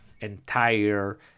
entire